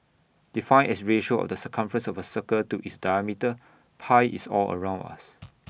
defined as ratio of the circumference of A circle to its diameter pi is all around us